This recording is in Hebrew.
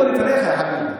אני פה לפניך, יא חביבי.